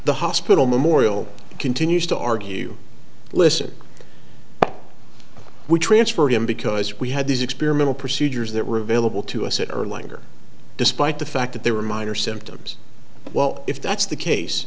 the hospital memorial continues to argue listen we transferred him because we had these experimental procedures that were available to us that are linger despite the fact that they were minor symptoms well if that's the case